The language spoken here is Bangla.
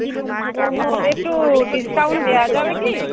আচ্ছা তো একটু ডিসকাউন্ট দেওয়া যাবে কি